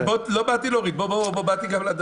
אם יבגני סובה פה, הוא ידע לנמק.